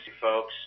folks